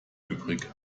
übrig